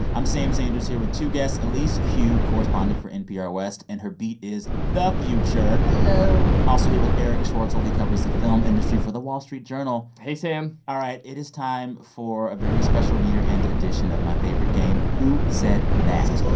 i'm sam sanders here with two guests elise hu, correspondent for npr west, and her beat is the future hello also here with erich schwartzel. he covers the film industry for the wall street journal hey, sam all right. it is time for a very special year-end edition of my favorite game who said that